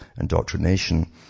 indoctrination